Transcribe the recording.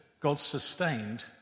God-sustained